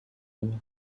ini